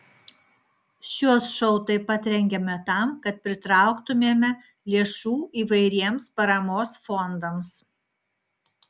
šiuos šou taip pat rengiame tam kad pritrauktumėme lėšų įvairiems paramos fondams